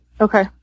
Okay